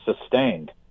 sustained